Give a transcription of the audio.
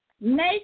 Make